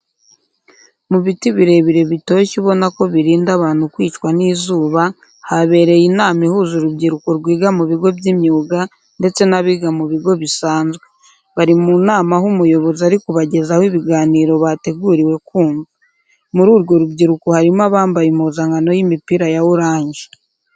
Mu biti birebire bitoshye ubona ko birinda abantu kwicwa n'izuba, habereye inama ihuza urubyiruko rwiga mu bigo by'imyuga ndetse n'abiga mu bigo bisanzwe. Bari mu nama aho umuyobozi ari kubagezaho ibiganiro bateguriwe kumva. Muri urwo rubyiruko harimo abambaye impuzankano y'imipira ya oranje.